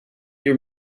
your